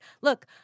look